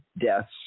deaths